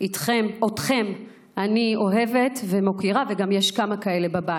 אתכם אני אוהבת ומוקירה, וגם יש כמה כאלה בבית.